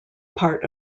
part